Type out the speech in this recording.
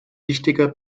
wichtiger